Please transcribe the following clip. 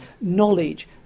knowledge